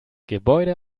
gebäude